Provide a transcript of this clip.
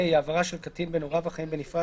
(ה)העברה של קטין בין הוריו החיים בנפרד